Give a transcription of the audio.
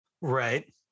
Right